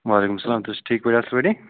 وعلیکُم سَلام تُہۍ چھُو ٹھیٖک پٲٹھۍ اَصٕل پٲٹھی